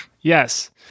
Yes